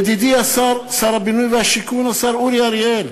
ידידי השר, שר הבינוי והשיכון, השר אורי אריאל,